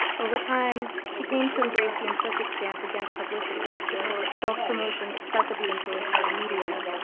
over time she came to embrace the implicit stance against publicity, the quote self-promotion obsessively imposed by the media,